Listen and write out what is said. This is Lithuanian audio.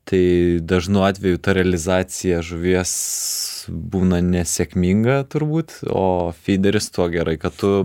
tai dažnu atveju ta realizacija žuvies būna nesėkminga turbūt o fideris tuo gerai kad tu